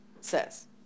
says